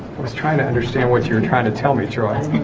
was trying to understand what you're trying to tell me it's wrong